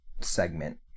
segment